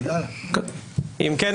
אם כן,